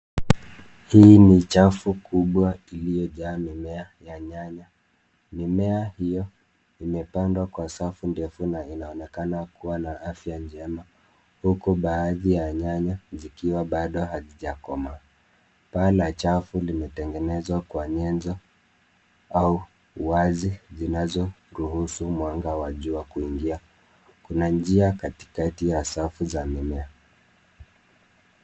Hii ni chafu kubwa lilojaa mimea ya nyanya. Mimea hiyo imepandwa kwa safu ndefu na linaonekana kuwa na afya njema, huku baadhi ya nyanya ikiwa bado hazijakoma. Paa la chafu limetengenezwa kwa nyenzo au wazi zinazoruhusu mwanga kuingia. Kuna njia katikati ya safu za mimea.